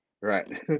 Right